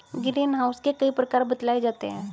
green house के कई प्रकार बतलाए जाते हैं